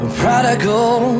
prodigal